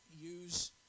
use